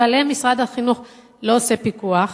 שעליהם משרד החינוך לא עושה פיקוח.